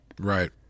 Right